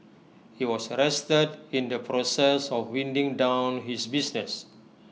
he was arrested in the process of winding down his business